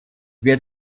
wird